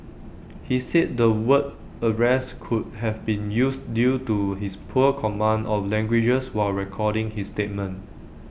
he said the word arrest could have been used due to his poor command of languages while recording his statement